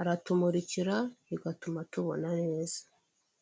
aratumurikira, bigatuma tubona neza.